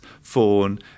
fawn